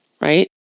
right